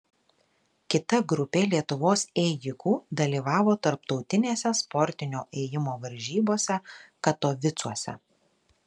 kita grupė lietuvos ėjikų dalyvavo tarptautinėse sportinio ėjimo varžybose katovicuose